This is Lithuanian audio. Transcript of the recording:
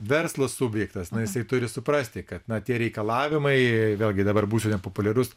verslo subjektas na jisai turi suprasti kad tie reikalavimai vėlgi dabar būsiu nepopuliarus